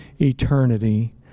eternity